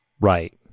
right